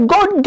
God